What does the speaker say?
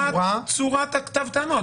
צורת כתב הטענות.